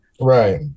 Right